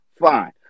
fine